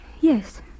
yes